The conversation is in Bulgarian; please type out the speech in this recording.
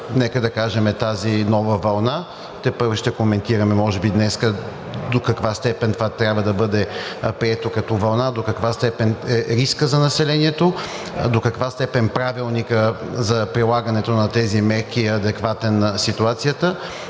нека да кажем, с тази нова вълна, тепърва ще коментираме може би днес до каква степен това трябва да бъде прието като вълна, до каква степен е рискът за населението, до каква степен Правилникът за прилагането на тези мерки е адекватен на ситуацията